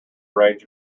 range